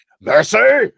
Mercy